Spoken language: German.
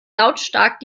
lautstark